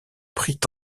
prit